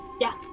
Yes